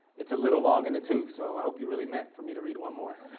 it's a little long in the tooth, so i hope you really meant for me to read one more.